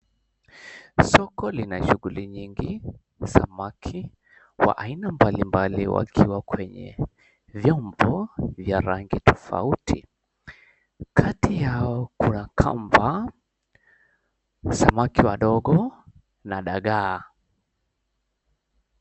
Soko lina shughuli nyingi, samaki wa aina mbalimbali wakiwa kwenye vyombo vya rangi tofauti. Kati yao kuna kamba, samaki wadogo na dagaa.